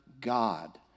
God